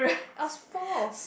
I was four